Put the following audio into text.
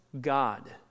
God